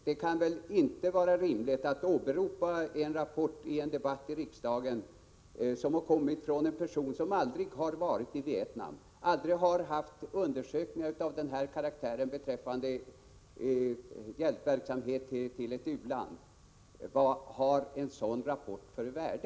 Det kan inte vara rimligt att i en debatt i riksdagen åberopa en rapport som kommit från en person som aldrig varit i Vietnam och aldrig har utfört undersökningar av den här karaktären beträffande hjälpverksamhet till ett u-land. Vad har en sådan rapport för värde?